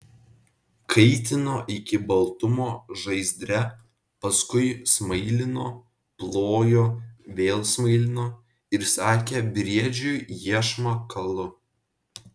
kaitino iki baltumo žaizdre paskui smailino plojo vėl smailino ir sakė briedžiui iešmą kalu